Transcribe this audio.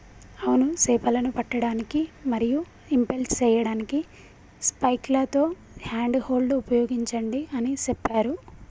అవును సేపలను పట్టడానికి మరియు ఇంపెల్ సేయడానికి స్పైక్లతో హ్యాండ్ హోల్డ్ ఉపయోగించండి అని సెప్పారు